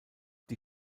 die